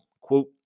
Quote